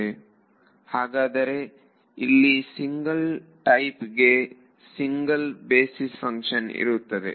ವಿದ್ಯಾರ್ಥಿ ಹಾಗಾದರೆ ಇಲ್ಲಿ ಸಿಂಗಲ್ ಟೈಪ್ಗೆ ಸಿಂಗಲ್ ಬೇಸಿಸ್ ಫಂಕ್ಷನ್ ಇರುತ್ತೆ